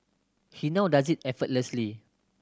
he now does it effortlessly